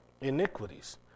iniquities